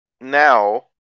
Now